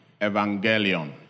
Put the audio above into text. evangelion